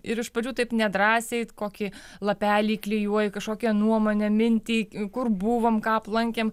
ir iš pradžių taip nedrąsiai it kokį lapelį klijuoji kažkokią nuomonę mintį kur buvom ką aplankėm